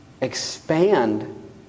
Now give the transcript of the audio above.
expand